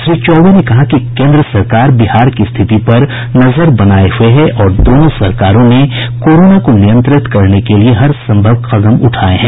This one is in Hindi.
श्री चौबे ने कहा कि केंद्र सरकार बिहार की स्थिति पर नजर बनाए हुए है और दोनों सरकारों ने कोरोना को नियंत्रित करने के लिए हरसंभव कदम उठाए हैं